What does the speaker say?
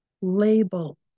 label